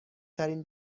ترین